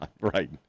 Right